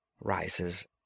Rises